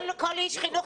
כל איש חינוך,